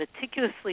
meticulously